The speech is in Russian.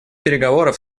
переговоров